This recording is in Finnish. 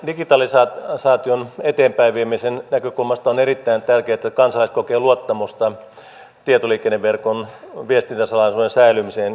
tämän digitalisaation eteenpäinviemisen näkökulmasta on erittäin tärkeätä että kansalaiset kokevat luottamusta tietoliikenneverkon viestintäsalaisuuden säilymiseen